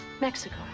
Mexico